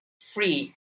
free